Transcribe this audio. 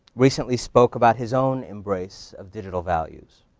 recently spoke about his own embrace of digital values.